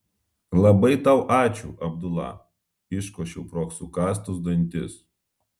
labai tau ačiū abdula iškošiau pro sukąstus dantis